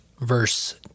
verse